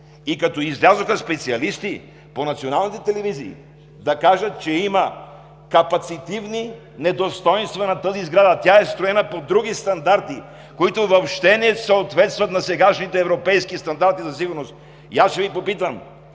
и като излязоха специалисти по националните телевизии да кажат, че има капацитивни недостойнства на тази сграда – тя е строена по други стандарти, които въобще не съответстват на сегашните европейски стандарти за сигурност. Аз ще Ви попитам: